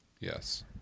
Yes